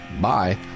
bye